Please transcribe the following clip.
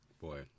boy